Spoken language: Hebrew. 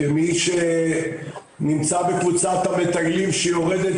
כמי שנמצא בקבוצת המטיילים שיורדת